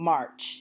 March